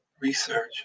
research